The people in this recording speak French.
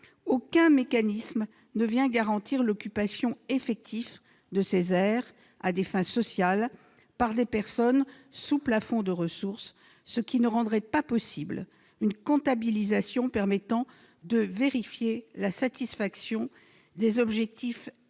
aucun mécanisme ne vient garantir l'occupation effective de ces aires à des fins sociales par des personnes sous plafond de ressources, ce qui rendrait impossible une comptabilisation permettant de vérifier la satisfaction des objectifs SRU.